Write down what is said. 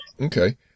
okay